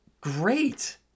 great